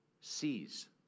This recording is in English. sees